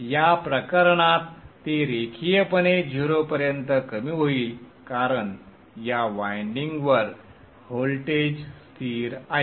या प्रकरणात ते रेखीयपणे 0 पर्यंत कमी होईल कारण या वायंडिंग वर व्होल्टेज स्थिर आहे